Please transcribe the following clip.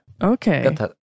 Okay